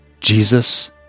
Jesus